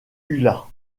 ulla